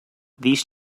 these